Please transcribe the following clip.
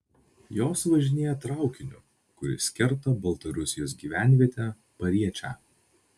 jos važinėja traukiniu kuris kerta baltarusijos gyvenvietę pariečę